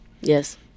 Yes